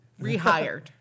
Rehired